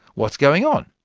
what's going on?